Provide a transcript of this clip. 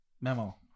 Memo